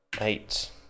Eight